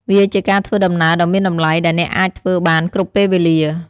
វាជាការធ្វើដំណើរដ៏មានតម្លៃដែលអ្នកអាចធ្វើបានគ្រប់ពេលវេលា។